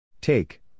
Take